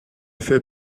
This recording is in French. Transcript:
fait